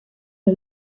los